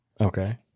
okay